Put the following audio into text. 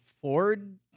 Ford